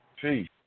Peace